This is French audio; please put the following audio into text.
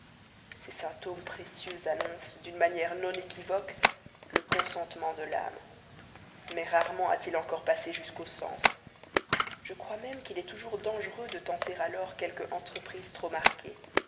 ces symptômes précieux annoncent d'une manière non équivoque le consentement de l'âme mais rarement a-t-il encore passé jusqu'aux sens je crois même qu'il est toujours dangereux de tenter quelque entreprise trop marquée